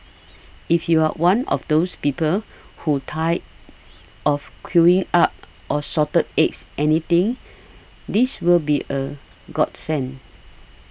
if you're one of those people who's tired of queuing up or Salted Eggs anything this will be a godsend